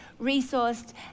resourced